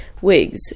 wigs